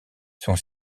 son